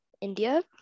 India